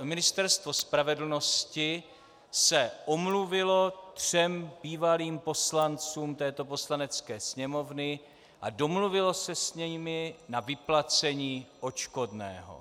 Ministerstvo spravedlnosti se omluvilo třem bývalým poslancům této Poslanecké sněmovny a domluvilo se s nimi na vyplacení odškodného.